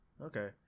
Okay